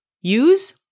use